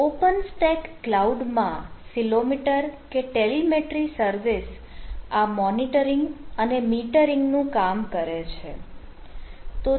open stack ક્લાઉડમાં Ceilometer કે telemetry service આ મોનીટરીંગ અને મીટરીંગ નું કામ કરે છે